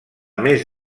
més